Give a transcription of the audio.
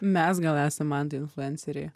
mes gal esam mantai influenceriai